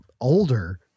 older